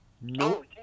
No